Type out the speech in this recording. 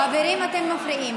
חברים, אתם מפריעים.